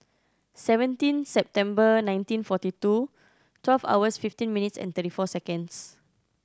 seventeen September nineteen forty two twelve hours fifteen minutes and thirty four seconds